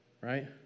right